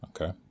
Okay